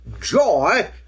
joy